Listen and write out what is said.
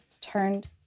turned